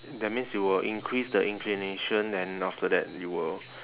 that means you will increase the inclination then after that you will